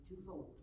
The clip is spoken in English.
twofold